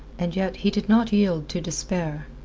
and yet he did not yield to despair.